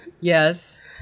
Yes